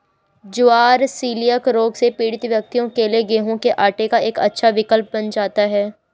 ज्वार celiac रोग से पीड़ित व्यक्तियों के लिए गेहूं के आटे का एक अच्छा विकल्प बन जाता है